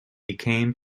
became